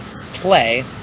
play